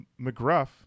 McGruff